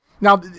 Now